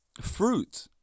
fruit